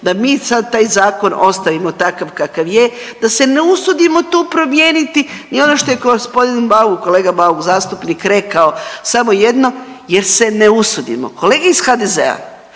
da mi sad taj zakon ostavimo takav kakav je, da se ne usudimo tu promijeniti ni ono što je gospodin Bauk, kolega Bauk zastupnik rekao samo jedno jer se ne usudimo. Kolege iz HDZ-a